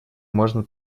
можно